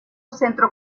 centro